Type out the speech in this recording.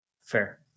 Fair